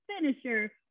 finisher